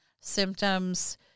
symptoms